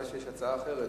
אבל מכיוון שיש הצעה אחרת,